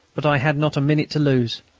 but i had not a minute to lose.